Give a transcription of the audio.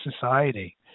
society